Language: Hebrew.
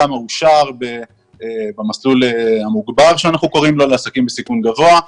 כמה אושר במסלול המוגבר כפי שאנחנו קוראים לו לעסקים בסיכון גבוה,